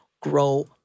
grow